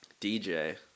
DJ